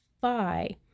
Phi